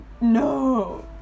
No